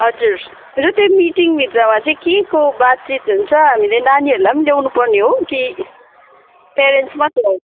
हजुर रू त्यो मिटिङभित्रमा चाहिँ केको बातचित हुन्छ हामीले नानीहरूलाई पनि ल्याउनुपर्ने हो कि प्यारेन्ट्स मात्रै हो